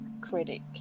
critic